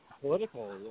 political